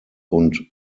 und